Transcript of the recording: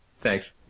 Thanks